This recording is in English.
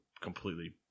completely